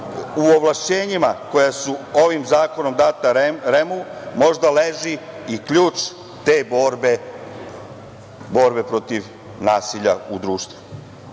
u ovlašćenjima koja su ovim zakonom data REM-u možda leži i ključ te borbe protiv nasilja u društvu. Mi